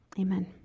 Amen